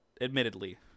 admittedly